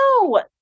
no